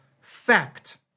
fact